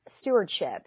stewardship